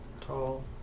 tall